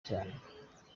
cyane